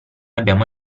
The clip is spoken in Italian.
abbiamo